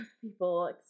people